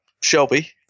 Shelby